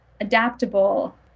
adaptable